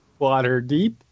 Waterdeep